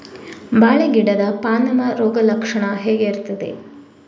ಬಾಳೆ ಗಿಡದ ಪಾನಮ ರೋಗ ಲಕ್ಷಣ ಹೇಗೆ ಇರ್ತದೆ?